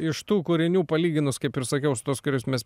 iš tų kūrinių palyginus kaip ir sakiau su tuos kuriuos mes